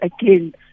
again